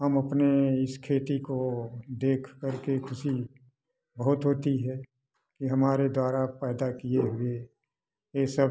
हम अपने इस खेती को देखकर के खुशी बहुत होती है ये हमारे द्वारा पैदा किए हुए ये सब